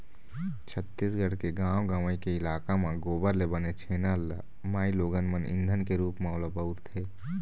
छत्तीसगढ़ के गाँव गंवई के इलाका म गोबर ले बने छेना ल माइलोगन मन ईधन के रुप म ओला बउरथे